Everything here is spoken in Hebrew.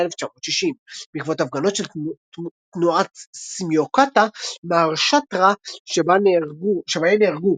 1960. בעקבות הפגנות של תנועת סמיוקטה מהראשטרה שבהן נהרגו